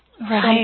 Right